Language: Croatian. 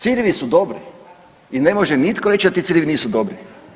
Ciljevi su dobri i ne može nitko reći da ti ciljevi nisu dobri.